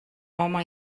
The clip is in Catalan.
home